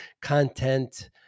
content